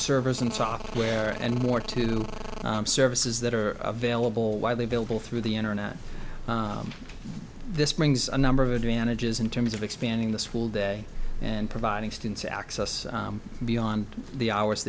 service and software and more to the services that are available widely available through the internet this brings a number of advantages in terms of expanding the school day and providing students access beyond the hours